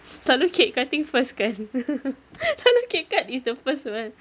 selalu cake cutting first kan selalu cake cut is the first kan